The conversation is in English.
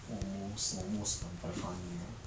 almost almost 很 very funny ah